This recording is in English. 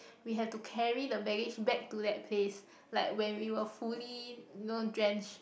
we have to carry the baggage back to that place like where we were fully you know drenched